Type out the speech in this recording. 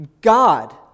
God